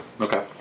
Okay